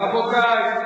רבותי.